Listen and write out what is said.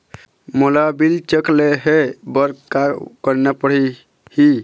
मोला bill check ले हे बर का करना पड़ही ही?